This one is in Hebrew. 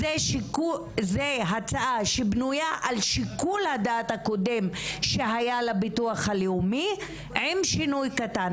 זו הצעה שבנויה על שיקול הדעת הקודם שהיה לביטוח הלאומי עם שינוי קטן.